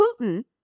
Putin